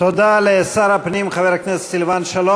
תודה לשר הפנים חבר הכנסת סילבן שלום.